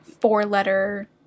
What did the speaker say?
four-letter